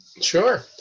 Sure